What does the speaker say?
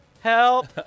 Help